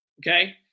Okay